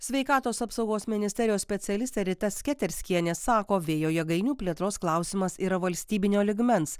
sveikatos apsaugos ministerijos specialistė rita sketerskienė sako vėjo jėgainių plėtros klausimas yra valstybinio lygmens